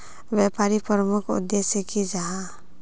व्यापारी प्रमुख उद्देश्य की जाहा?